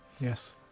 Yes